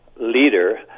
leader